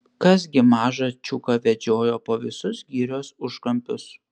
kas gi mažą čiuką vedžiojo po visus girios užkampius